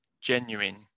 genuine